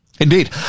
Indeed